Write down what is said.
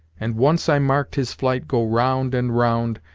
and once i marked his flight go round and round,